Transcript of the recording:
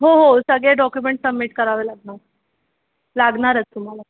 हो हो सगळे डॉक्युमेंट सबमिट करावे लागणार लागणारच तुम्हाला